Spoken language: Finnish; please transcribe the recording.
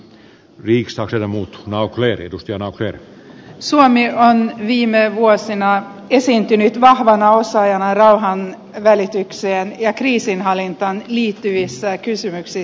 viksaukselle muut naucler edustajana berg suomi on viime vuosina esiintynyt vahvana osaajana rauhanvälitykseen ja kriisinhallintaan liittyvissä kysymyksissä